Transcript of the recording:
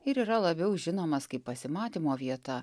ir yra labiau žinomas kaip pasimatymo vieta